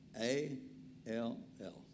A-L-L